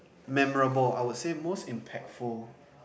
memorable I would say most impactful